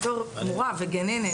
בתור מורה וגננת,